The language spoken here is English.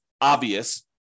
obvious